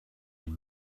had